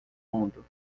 fundo